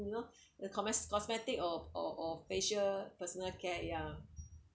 you know the cosme~ cosmetic or or or facial personal care ya